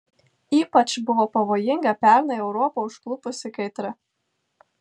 ypač buvo pavojinga pernai europą užklupusi kaitra